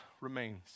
remains